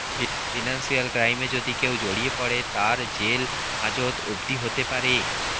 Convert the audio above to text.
financial ক্রাইমে যদি কেও জড়িয়ে পরে, তার জেল হাজত অবদি হতে পারে